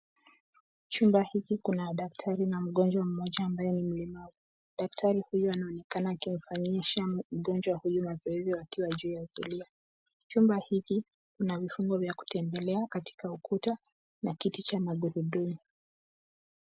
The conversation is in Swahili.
Chumba hiki kuna daktari na mgonjwa mmoja ambaye ni mlemavu. Daktari huyu anaonekana akimfanyisha mgonjwa huyu mazoezi akiwa juu ya zulia. Chumba hiki kina vifumo vya kutembelea katika ukuta na kiti cha magurudumu